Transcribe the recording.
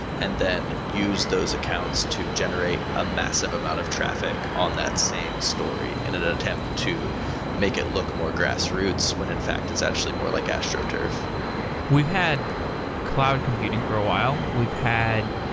and then use those accounts to generate a massive amount of traffic on that same story in an attempt to make it look more grassroots. when in fact, it's actually more like astroturf we've had cloud computing for a while. we've had